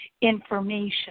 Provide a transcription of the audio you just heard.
information